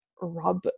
rub